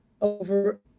over